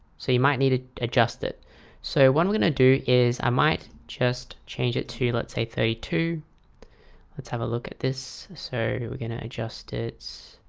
so you might need to adjust it so what i'm gonna do is i might just change it to let's say thirty two let's have a look at this. so we're going to adjust it.